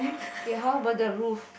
K how about the roof